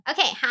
Okay